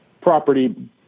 property